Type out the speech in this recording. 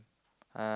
uh